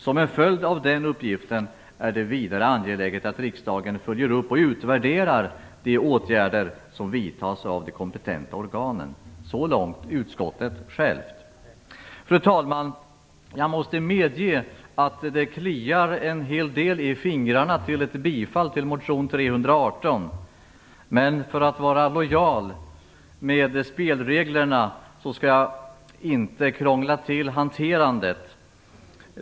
Som en följd av den uppgiften är det vidare angeläget att riksdagen följer upp och utvärderar de åtgärder som vidtas av de kompetenta organen. Så långt utskottet självt. Fru talman! Jag måste medge att det kliar en hel del i fingrarna att yrka bifall till motion T318. Men för att vara lojal med spelreglerna skall jag inte krångla till hanteringen.